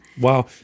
Wow